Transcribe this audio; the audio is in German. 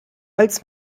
als